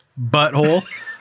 butthole